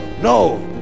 no